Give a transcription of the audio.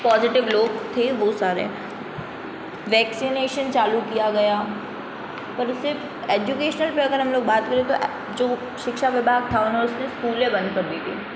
positive लोग थे वो सारे वैक्सीनेशन चालू किया गया पर उसे ऐजुकेशनल पे अगर हम लोग बात करें तो जो शिक्षा विभाग था उन्होंने स्कूलें बंद कर दी थीं